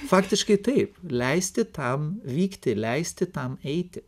faktiškai taip leisti tam vykti leisti tam eiti